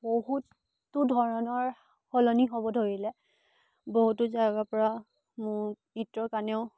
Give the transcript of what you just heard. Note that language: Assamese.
বহুতো ধৰণৰ সলনি হ'ব ধৰিলে বহুতো জাগাৰ পৰা মোৰ নৃত্যৰ কাৰণেও